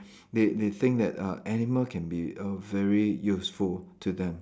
they they think that uh animals can be a very useful to them